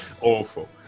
awful